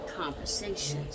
conversations